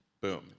boom